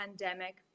pandemic